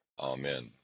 Amen